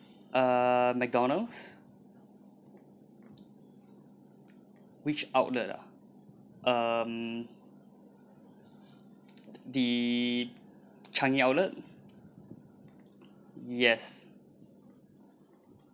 uh McDonald's which outlet ah um the changi outlet yes